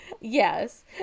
Yes